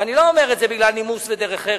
ואני לא אומר את זה בגלל נימוס ודרך ארץ,